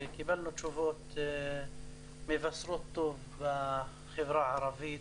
וקיבלנו תשובות מבשרות טוב לחברה הערבית,